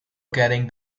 carrying